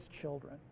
children